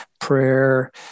prayer